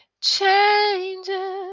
changes